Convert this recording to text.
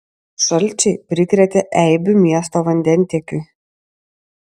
šalčiai prikrėtė eibių miesto vandentiekiui